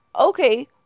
Okay